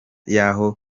yaho